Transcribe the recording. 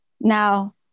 Now